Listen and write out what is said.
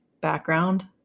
background